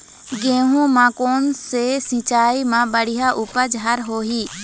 गेहूं म कोन से सिचाई म बड़िया उपज हर होही?